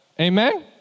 Amen